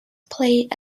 played